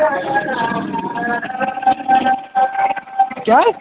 کیاہ حظ